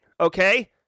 okay